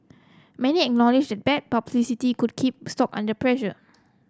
many acknowledge that bad publicity could keep stock under pressure